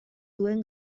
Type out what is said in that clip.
duen